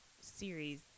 series